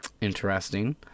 interesting